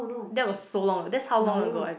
that was so long that's how long ago I